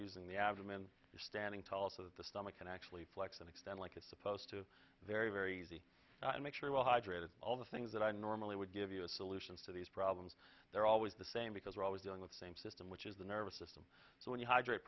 using the abdomen is standing tall so that the stomach can actually flex and extend like it's supposed to very very easy to make sure well hydrated all the things that i normally would give you the solutions to these problems they're always the same because we're always doing the same to them which is the nervous system so when you hydrate